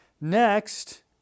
next